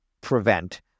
prevent